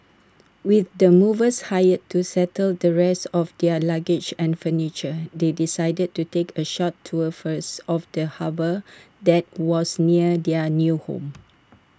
with the movers hired to settle the rest of their luggage and furniture they decided to take A short tour first of the harbour that was near their new home